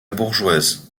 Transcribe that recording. bourgeoise